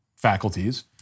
faculties